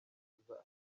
kwishyuza